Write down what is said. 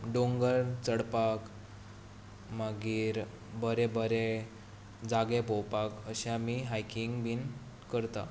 दोंगर चडपाक मागीर बरें बरें जागे पळोवपाक अशें आमी हायकींग बी करतात